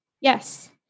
Yes